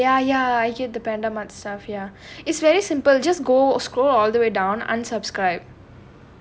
oh !aiya! !aiya! I get the pandamasenaphia it's very simple just go scroll all the way down unsubscribe